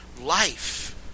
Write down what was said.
life